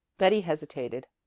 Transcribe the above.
betty hesitated.